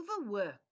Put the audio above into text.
overwork